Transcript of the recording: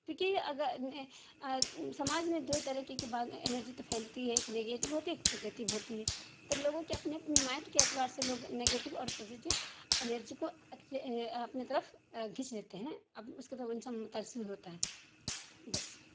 کیوں کہ سماج میں دو طریقے کی باتیں ہیں انرجی تو پھیلتی ہے ایک نگیٹیو ہوتی ہے ایک پوزیٹیو ہوتی ہے تو لوگوں کے اپنے اپنے مائڈ کے اعتبار سے لوگ نگیٹیو اور پوزیٹیو انرجی کو ایکس اپنے طرف کھیچ لیتے ہیں اب اس کی طرف انسان متأثر ہوتا ہے بس